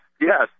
yes